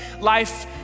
life